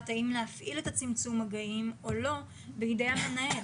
האם להפעיל את הצמצום מגעים או לא בידי המנהל.